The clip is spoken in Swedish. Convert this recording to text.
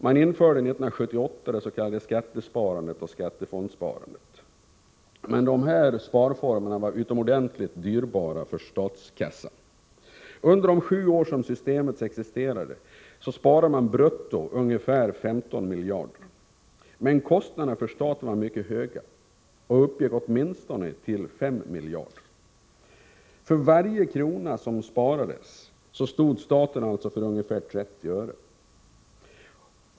Man införde 1978 det s.k. skattesparandet och skattefondssparandet. Men dessa sparformer var utomordentligt dyrbara för statskassan. Under de sju år som systemet existerade sparades brutto ungefär 15 miljarder. Men kostnaderna för staten var mycket höga och uppgick till åtminstone 5 miljarder. För varje krona som sparades stod alltså staten för ungefär 30 öre.